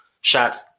shots